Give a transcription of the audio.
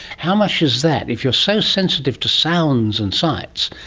how much is that, if you are so sensitive to sounds and sights,